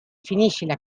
finiscila